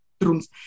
rooms